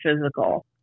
physical